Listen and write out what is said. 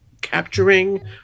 capturing